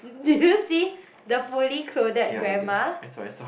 did you see the fully clothed grandma